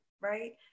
right